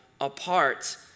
apart